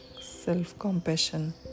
self-compassion